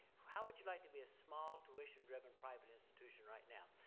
how would you like to be a small, tuition driven private institution right now?